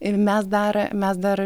ir mes dar mes dar